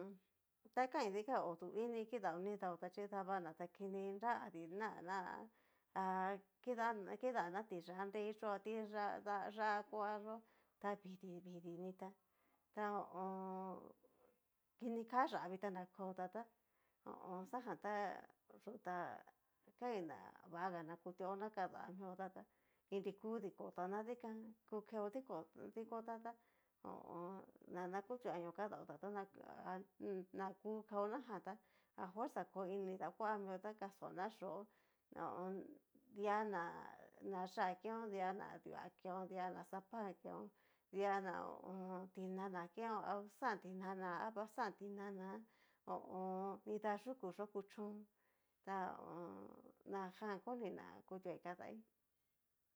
Ta kain dikan odú ini kidao nidaota chi davana ta kini anra adi nraná, ha kidana ti'yá nreiyó atiyá da yá'a kuayó ta vidi vidi nitá ta ho o on. kini ká yavita na kueotá tá ho o on. xajan tá yú tá kain na vaga na kutua mio na kadaotá, ta inri ku dikotá na dikan ku keo dikotá ta ho o on. na kutuanio kadaotá tana nakukao najan tá afuerza ko iin ni dakoá mio ta kastonná chío na hó dia ná na yá'a keon dia ná dua keon dia ná xapa keon dia ná ho o on. tinana keon ha xan tinana a va xan tinana hoyó ho o on. dina yúku yuchón ta ho najan koni na kutuaí kadaí.